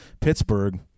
Pittsburgh